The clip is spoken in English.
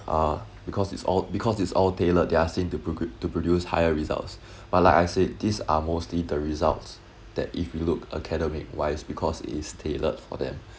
uh because it's all because it's all tailored they are seem to procre~to produce higher results but like I said these are mostly the results that if you look academic wise because is tailored for them